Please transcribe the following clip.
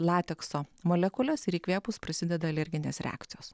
latekso molekulės ir įkvėpus prasideda alerginės reakcijos